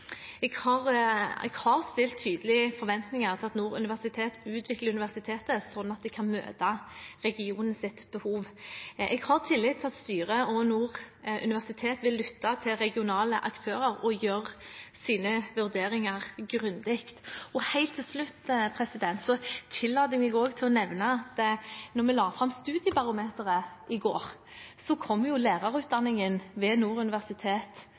Jeg har stilt tydelige forventninger til at Nord universitet utvikler universitetet, slik at de kan møte regionens behov. Jeg har tillit til at styret og Nord universitet vil lytte til regionale aktører og gjøre sine vurderinger grundig. Helt til slutt tillater jeg meg også å nevne at da vi la fram Studiebarometeret i går, kom jo lærerutdanningen ved